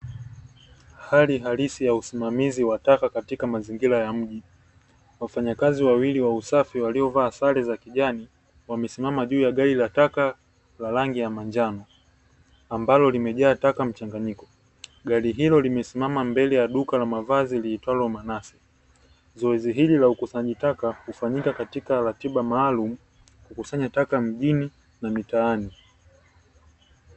Hali halisi ya usimamizi wa taka katika mazingira ya maji, wafanyakazi wawili wa usafi waliovaa sare za kijani, wamesimama juu ya gari la taka la rangi ya manjano, ambalo limejaa taka mchanganyiko. Gari hilo limesimama mbele ya duka la mavazi liitwalo Manase; zoezi hili la ukusanyaji taka hufanyika katika ratiba maalumu, kukusanya taka mjini na mitaani.